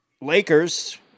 Lakers